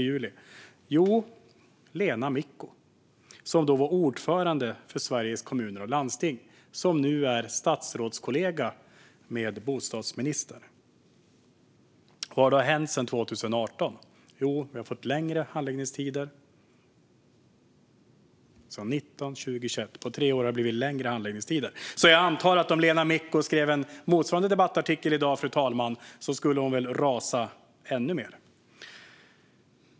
Jo, det var Lena Micko, som då var ordförande för Sveriges Kommuner och Landsting och som nu är statsrådskollega med bostadsministern. Vad har hänt sedan 2018? Jo, vi har fått längre handläggningstider under de tre åren 2019, 2020 och 2021. Jag antar att Lena Micko, om hon skulle skriva en motsvarande artikel i dag, fru talman, skulle rasa ännu mer.